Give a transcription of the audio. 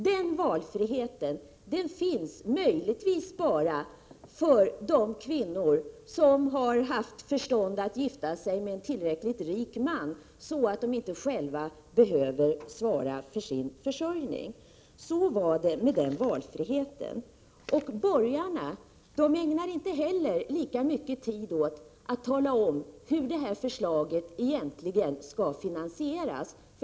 Den valfriheten finns möjligen bara för de kvinnor som har haft förstånd att gifta sig med en tillräckligt rik man, så att de inte själva behöver svara för sin försörjning. Så var det med den valfriheten. De borgerliga ägnar inte heller lika mycket tid åt att tala om hur detta förslag egentligen skall finansieras.